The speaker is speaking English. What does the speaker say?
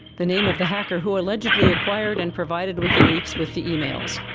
the name of the hacker who allegedly acquired and provided wikileaks with the emails.